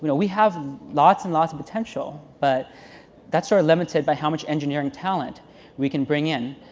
you know we have lots and lots of potential, but that's sort of limited by how much engineering talent we can bring in.